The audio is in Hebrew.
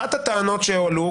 אחת הטענות שהועלו,